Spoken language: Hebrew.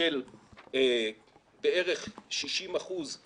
של בערך 60 אחוזים